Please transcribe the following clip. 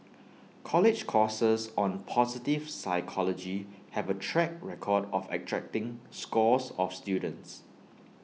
college courses on positive psychology have A track record of attracting scores of students